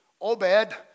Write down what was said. Obed